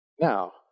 Now